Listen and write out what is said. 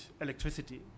electricity